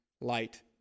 light